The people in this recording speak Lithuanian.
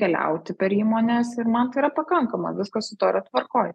keliauti per įmones ir man tai yra pakankama viskas su tuo yra tvarkoj